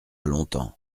longtemps